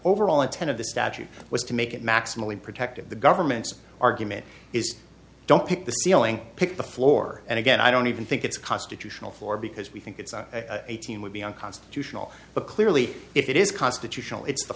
overall intent of the statute was to make it maximally protective the government's argument is don't pick the ceiling pick the floor and again i don't even think it's constitutional for because we think it's eighteen would be unconstitutional but clearly if it is constitutional it's the